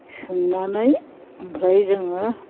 सोंनानै ओमफ्राय जोङो